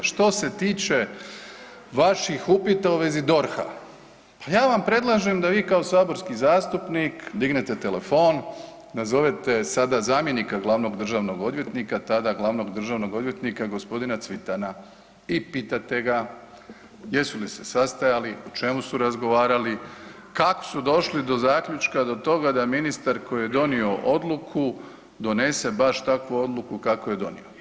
Što se tiče vaših upita u vezi DORH-a, pa ja vam predlažem da vi kao saborski zastupnik dignete telefon, nazovete sada zamjenika glavnog državnog odvjetnika, tada glavnog državnog odvjetnika g. Cvitana i pitate ga jesu li se sastajali, o čemu su razgovarali, kako su došli do zaključka do toga da ministar koji je donio odluku donese baš takvu odluku kakvu je donio.